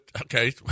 okay